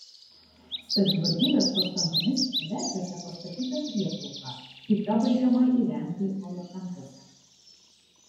savivaldybės pastangomis verkiuose pastatyta prieplauka kita baigiama įrengti valakampiuose